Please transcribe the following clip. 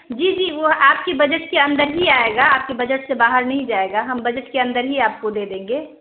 جی جی وہ آپ کے بجٹ کے اندر ہی آئے گا آپ کے بجٹ سے باہر نہیں جائے گا ہم بجٹ کے اندر ہی آپ کو دے دیں گے